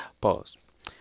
Pause